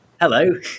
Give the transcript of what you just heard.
Hello